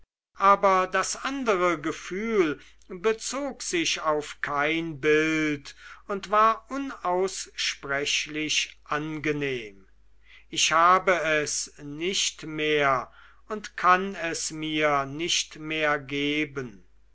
aber das andere gefühl bezog sich auf kein bild und war unaussprechlich angenehm ich habe es nicht mehr und kann es mir nicht mehr geben